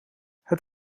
het